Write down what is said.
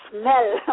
smell